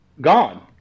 gone